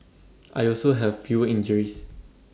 I also have fewer injuries